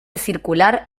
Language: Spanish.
circular